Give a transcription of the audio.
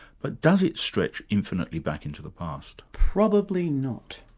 but does it stretch infinitely back into the past? probably not.